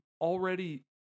already